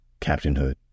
captainhood